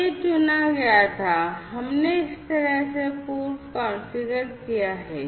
तो यह चुना गया था हमने इस तरह से पूर्व कॉन्फ़िगर किया है